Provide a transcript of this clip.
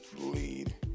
lead